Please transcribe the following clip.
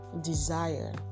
desire